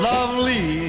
Lovely